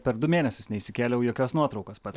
per du mėnesius neįsikėliau jokios nuotraukos pats